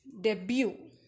debut